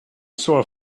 sore